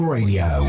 Radio